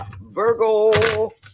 virgo